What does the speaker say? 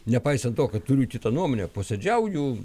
nepaisant to kad turiu kitą nuomonę posėdžiauju